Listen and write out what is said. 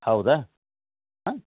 ಹೌದು ಹಾಂ